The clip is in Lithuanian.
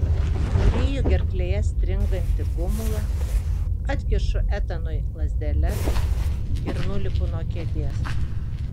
nuryju gerklėje stringantį gumulą atkišu etanui lazdeles ir nulipu nuo kėdės